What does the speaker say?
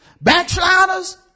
Backsliders